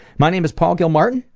my name is paul gilmartin.